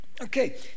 Okay